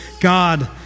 God